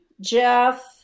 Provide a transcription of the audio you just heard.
Jeff